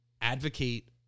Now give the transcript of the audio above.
advocate